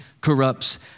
corrupts